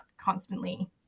constantly